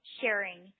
sharing